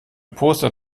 poster